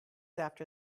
after